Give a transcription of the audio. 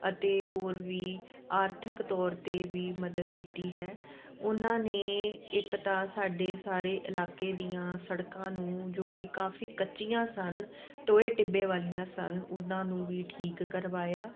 ਅਤੇ ਹੋਰ ਵੀ ਆਰਥਿਕ ਤੌਰ 'ਤੇ ਵੀ ਮਦਦ ਕੀਤੀ ਹੈ ਉਨਾਂ ਨੇ ਇੱਕ ਤਾਂ ਸਾਡੇ ਸਾਰੇ ਇਲਾਕੇ ਦੀਆਂ ਸੜਕਾਂ ਨੂੰ ਜੋ ਕਿ ਕਾਫੀ ਕੱਚੀਆਂ ਸਨ ਟੋਏ ਟਿੱਬੇ ਵਾਲੀਆਂ ਸਨ ਉਹਨਾਂ ਨੂੰ ਵੀ ਠੀਕ ਕਰਵਾਇਆ